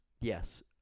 yes